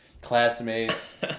Classmates